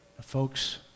Folks